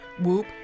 Whoop